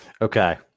Okay